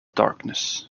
darkness